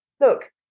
Look